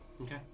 Okay